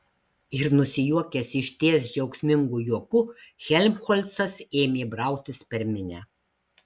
ir nusijuokęs išties džiaugsmingu juoku helmholcas ėmė brautis per minią